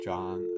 John